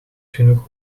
genoeg